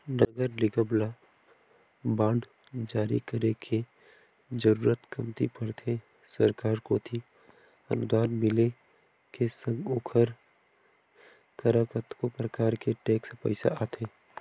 नगर निगम ल बांड जारी करे के जरुरत कमती पड़थे सरकार कोती अनुदान मिले के संग ओखर करा कतको परकार के टेक्स पइसा आथे